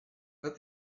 but